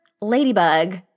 ladybug